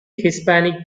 hispanic